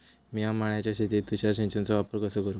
मिया माळ्याच्या शेतीत तुषार सिंचनचो वापर कसो करू?